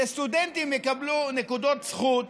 שסטודנטים יקבלו נקודות זכות